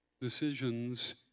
Decisions